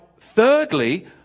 thirdly